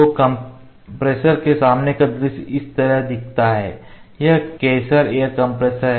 तो कंप्रेसर के सामने का दृश्य इस तरह दिखता है यह कैसर एयर कंप्रेसर है